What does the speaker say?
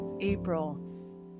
April